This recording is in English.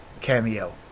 cameo